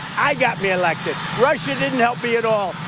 i got me elected. russia didn't help me at all.